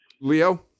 Leo